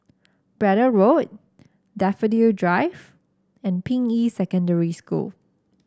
Braddell Road Daffodil Drive and Ping Yi Secondary School